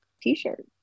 t-shirt